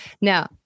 Now